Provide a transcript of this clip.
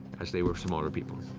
as they were smaller people.